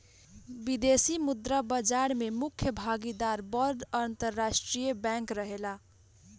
विदेशी मुद्रा बाजार में मुख्य भागीदार बड़ अंतरराष्ट्रीय बैंक रहेला